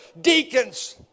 deacons